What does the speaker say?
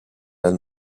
del